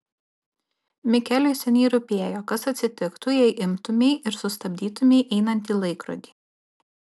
mikeliui seniai rūpėjo kas atsitiktų jei imtumei ir sustabdytumei einantį laikrodį